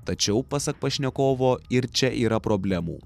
tačiau pasak pašnekovo ir čia yra problemų